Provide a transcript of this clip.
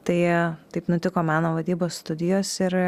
tai taip nutiko meno vadybos studijos ir